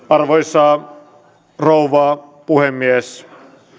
arvoisa rouva puhemies